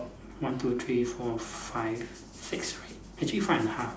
one two three four five six actually five and a half lah